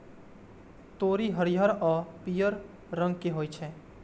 तोरी हरियर आ पीयर रंग के होइ छै